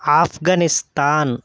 Afghanistan